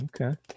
Okay